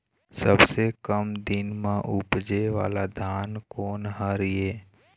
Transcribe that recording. सबसे कम दिन म उपजे वाला धान कोन हर ये?